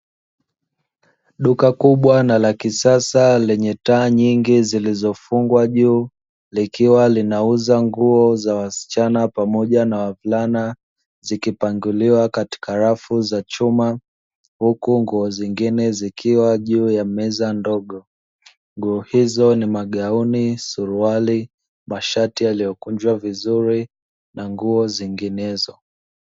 Duka kubwa na la kisasa lenye taa nyingi zilizofungwa juu, likiwa linauza nguo za wasichana pamoja na wavulana, zikipangiliwa katika rafu za chuma, huku nguo zingine zikiwa juu ya meza ndogo, nguo hizo ni magauni, suruali, mashati yaliyokunjwa vizuri na nguo zinginezo.